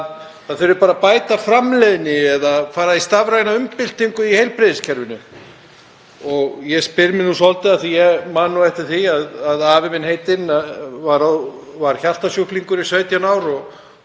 það þurfi bara að bæta framleiðni eða fara í stafræna umbyltingu í heilbrigðiskerfinu. Ég staldra við það af því að ég man eftir því að afi minn heitinn, sem var hjartasjúklingur í 17 ár